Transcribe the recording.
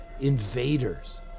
invaders